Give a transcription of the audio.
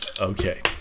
Okay